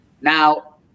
Now